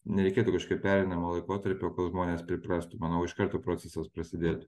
nereikėtų kažkokio pereinamo laikotarpio kol žmonės priprastų manau iš karto procesas prasidėtų